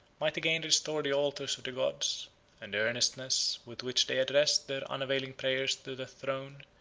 might again restore the altars of the gods and the earnestness with which they addressed their unavailing prayers to the throne,